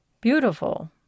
Beautiful